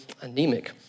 anemic